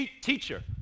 teacher